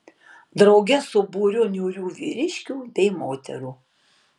drauge su būriu niūrių vyriškių bei moterų